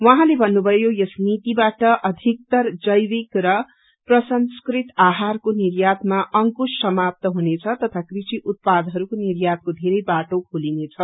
उहाँले भन्नुभयो यस नीतिबाट अधिकतर जैविक र प्रसंस्कृत आहारको निर्यातमा अंकुश समात्त हुनेछ तथा कृशि उत्पादहरूको निर्यातको वेरै बाटो खोलिनेछ